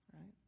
right